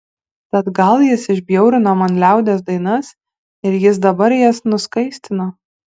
tad gal jis išbjaurino man liaudies dainas ir jis dabar jas nuskaistino